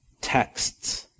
texts